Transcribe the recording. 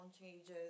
changes